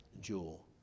jewel